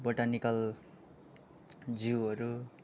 botanical जीवहरू